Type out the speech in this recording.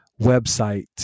website